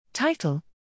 Title